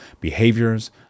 behaviors